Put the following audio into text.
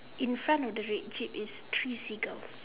in front of the red jeep is three seagulls